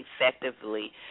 effectively